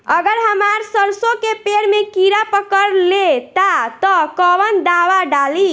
अगर हमार सरसो के पेड़ में किड़ा पकड़ ले ता तऽ कवन दावा डालि?